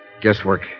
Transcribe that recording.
Guesswork